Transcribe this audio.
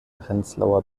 prenzlauer